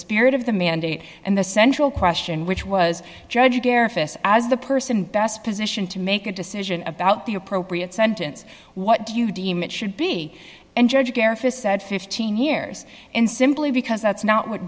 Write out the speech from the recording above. spirit of the mandate and the central question which was judged as the person best position to make a decision about the appropriate sentence what do you deem it should be and judge characterised said fifteen years in simply because that's not what